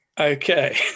Okay